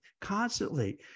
constantly